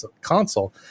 console